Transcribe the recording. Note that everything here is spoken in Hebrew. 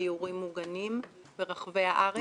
דיורים מוגנים ברחבי הארץ.